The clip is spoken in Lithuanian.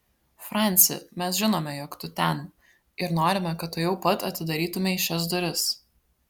franci mes žinome jog tu ten ir norime kad tuojau pat atidarytumei šias duris